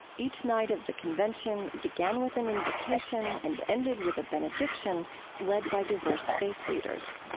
each night of the convention began with an invocation and ended with a benediction led by diverse faith leaders.